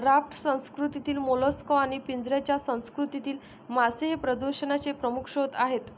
raft संस्कृतीतील mollusc आणि पिंजऱ्याच्या संस्कृतीतील मासे हे प्रदूषणाचे प्रमुख स्रोत आहेत